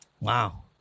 Wow